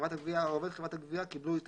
חברת הגבייה או עובד חברת הגבייה קיבלו את